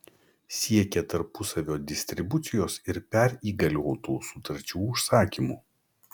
siekia tarpusavio distribucijos ir perįgaliotų sutarčių užsakymų